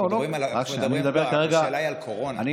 אנחנו מדברים על, הממשלה היא על קורונה.